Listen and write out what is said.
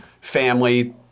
family